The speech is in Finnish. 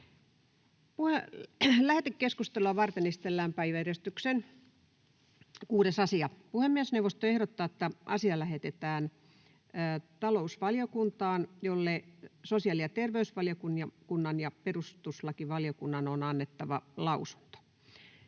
Lähetekeskustelua varten esitellään päiväjärjestyksen 6. asia. Puhemiesneuvosto ehdottaa, että asia lähetetään talousvaliokuntaan, jolle sosiaali- ja terveysvaliokunnan ja perustuslakivaliokunnan on annettava lausunto.